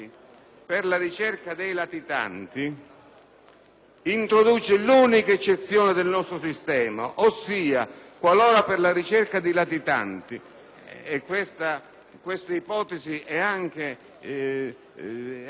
introduce l'unica eccezione del sistema stesso, ossia quando stabilisce che per la ricerca di latitanti - questa ipotesi è anche analizzata nel corso della relazione